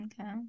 Okay